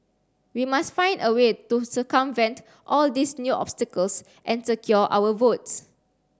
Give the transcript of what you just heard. we must find a way to circumvent all these new obstacles and secure our votes